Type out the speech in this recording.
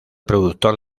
productor